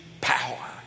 power